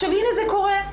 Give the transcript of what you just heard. הנה זה קורה,